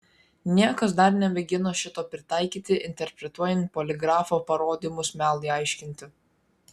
niekas dar nemėgino šito pritaikyti interpretuojant poligrafo parodymus melui aiškinti